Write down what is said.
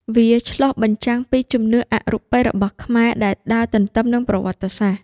វាឆ្លុះបញ្ចាំងពីជំនឿអរូបិយរបស់ខ្មែរដែលដើរទន្ទឹមនឹងប្រវត្តិសាស្ត្រ។